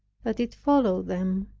that it followed them.